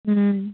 ꯎꯝ